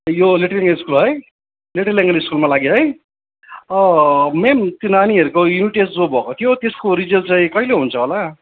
यो little school little स्कुलमा लाग्यो है म्याम त्यो नानीहरूको युनिट टेस्ट जो भएको थियो त्यसको रिजल्ट चाहिँ कहिले हुन्छ होला